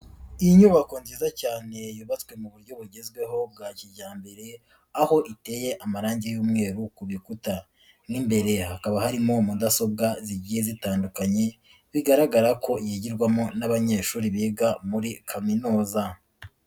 Inyubako nziza cyane yubatswe mu buryo bugezweho bwa kijyambere, aho iteye amarangi y'umweru ku bikuta, mo imbere hakaba harimo mudasobwa zigiye zitandukanye, bigaragara ko yigirwamo n'abanyeshuri biga muri kaminuza.